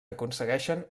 aconsegueixen